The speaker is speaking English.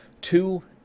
Two